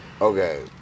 Okay